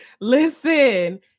Listen